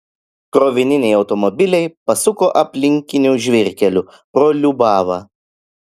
krovininiai automobiliai pasuko aplinkiniu žvyrkeliu pro liubavą